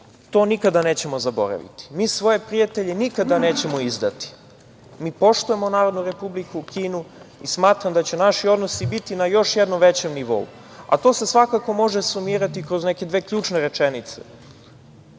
to nikada nećemo zaboraviti. Mi svoje prijatelje nikada nećemo izdati. Mi poštujemo Narodnu Republiku Kinu i smatram da će naši odnosi biti na još jednom većem nivou, a to se svakako može sumirati kroz neke dve ključne rečenice,